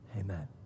Amen